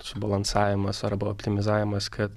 subalansavimas arba optimizavimas kad